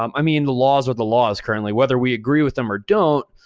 um i mean, the laws are the laws currently. whether we agree with them or don't,